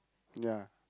ya